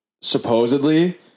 supposedly